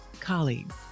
colleagues